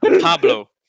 Pablo